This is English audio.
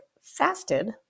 fasted